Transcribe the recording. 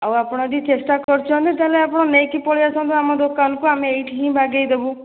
ଆଉ ଆପଣ ଯଦି ଚେଷ୍ଟା କରୁଛନ୍ତି ତା'ହେଲେ ଆପଣ ନେଇକି ପଳାଇଆସନ୍ତୁ ଆମ ଦୋକାନକୁ ଆମେ ଏଇଠି ହିଁ ବାଗେଇଦେବୁ